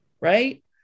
Right